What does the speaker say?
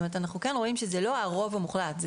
אנחנו כן רואים שזה לא הרוב המוחלט,